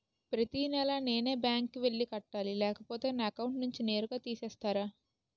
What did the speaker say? ప్రతి నెల నేనే బ్యాంక్ కి వెళ్లి కట్టాలి లేకపోతే నా అకౌంట్ నుంచి నేరుగా తీసేస్తర?